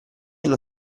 non